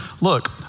Look